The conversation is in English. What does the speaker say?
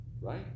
right